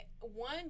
one